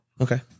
Okay